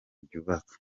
byubaka